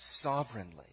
sovereignly